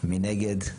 מי נגד?